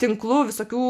tinklu visokių